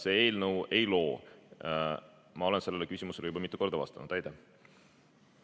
see eelnõu ei loo. Ma olen sellele küsimusele juba mitu korda vastanud. Aitäh!